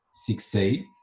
succeed